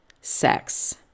sex